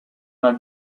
una